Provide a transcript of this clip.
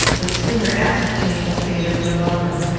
the sooner ascertain the fate of her lover.